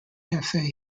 cafe